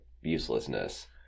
uselessness